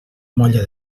molla